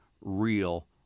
real